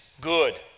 good